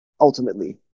ultimately